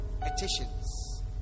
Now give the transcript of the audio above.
petitions